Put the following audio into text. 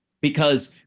because-